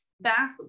back